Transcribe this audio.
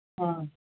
ꯑꯥ